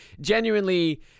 genuinely